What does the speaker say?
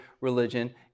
religion